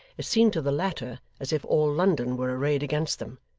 it seemed to the latter as if all london were arrayed against them,